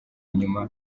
nyuma